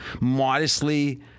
modestly